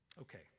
Okay